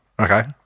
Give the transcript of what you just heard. Okay